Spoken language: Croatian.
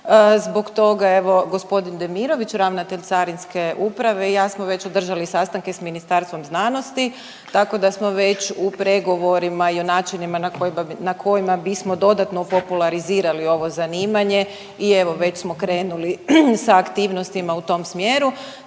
Zbog toga evo g. Demirović, ravnatelj carinske uprave i ja smo već održali sastanke s Ministarstvom znanosti, tako da smo već u pregovorima i o načinima na kojima bismo dodatno popularizirali ovo zanimanje i evo već smo krenuli sa aktivnostima u tom smjeru.